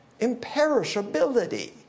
imperishability